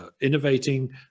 innovating